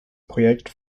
projekt